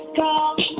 call